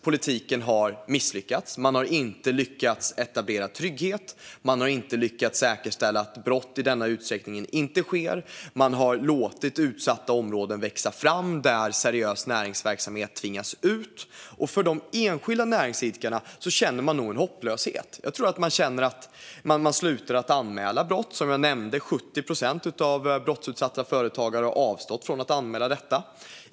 Politiken har misslyckats. Man har inte lyckats etablera trygghet. Man har inte lyckats säkerställa att brott inte sker i denna utsträckning. Man har låtit utsatta områden växa fram där seriös näringsverksamhet tvingas ut. De enskilda näringsidkarna känner nog en hopplöshet, som jag tror leder till att de slutar anmäla brott. Som jag nämnde har 70 procent av brottsutsatta företagare avstått från att anmäla.